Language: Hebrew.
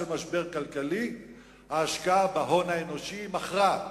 משבר כלכלי ההשקעה בהון האנושי מכרעת.